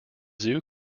zoo